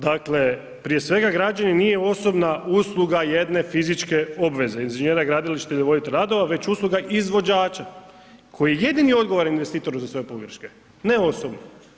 Dakle prije svega građenje nije osobna usluga jedne fizičke obveze, inženjera gradilišta ili voditelja radova već usluga izvođača koji je jedini odgovoran investitor za svoje pogreške, ne osobno.